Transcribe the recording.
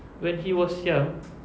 when he was young